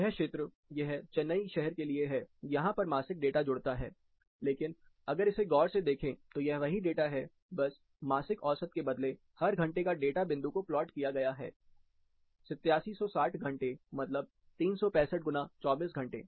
यह क्षेत्र यह चेन्नई शहर के लिए है यहां पर मासिक डाटा जुड़ता है लेकिन अगर इसे गौर से देखें तो यह वही डाटा है बस मासिक औसत के बदले हर घंटे के डाटा बिंदु को प्लॉट किया है 8760 घंटे मतलब 365 गुना 24 घंटे